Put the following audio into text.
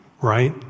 right